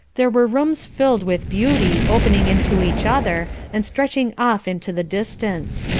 there were rooms filled with beauty, opening into each other, and stretching off into the distance.